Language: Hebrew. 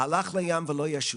הלך לים ולא ישוב.